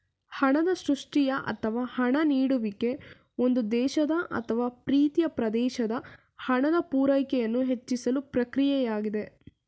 ಹಣದ ಸೃಷ್ಟಿಯ ಅಥವಾ ಹಣ ನೀಡುವಿಕೆ ಒಂದು ದೇಶದ ಅಥವಾ ಪ್ರೀತಿಯ ಪ್ರದೇಶದ ಹಣದ ಪೂರೈಕೆಯನ್ನು ಹೆಚ್ಚಿಸುವ ಪ್ರಕ್ರಿಯೆಯಾಗಿದೆ